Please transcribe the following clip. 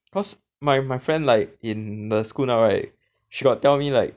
cause my my friend like in the school now right she got tell me like